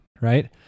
Right